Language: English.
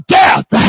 death